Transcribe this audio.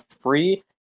free